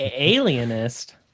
alienist